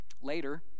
Later